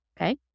Okay